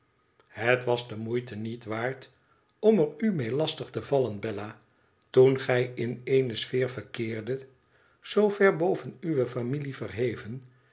het was de moeite niet waard om er u mee lastig te vallen bella toen gij in eene sfeer verkeerdet zoo ver boven uwe familie verheven